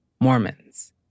Mormons